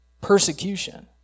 persecution